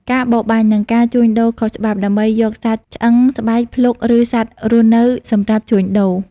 ការបរបាញ់ និងការជួញដូរខុសច្បាប់ ដើម្បីយកសាច់ ឆ្អឹង ស្បែក ភ្លុក ឬសត្វរស់សម្រាប់ជួញដូរ។